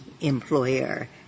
employer